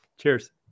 cheers